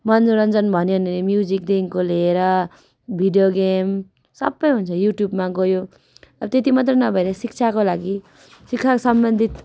मनोरञ्जन भन्यो भने म्युजिकदेखिको लिएर भिडियो गेम सबै हुन्छ युट्युबमा गयो अब त्यति मात्रै नभएर शिक्षाको लागि शिक्षा सम्बन्धित